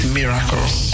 miracles